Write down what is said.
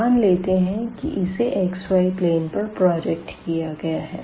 मान लेते है की इसे xy प्लेन पर प्रोजेक्ट किया गया है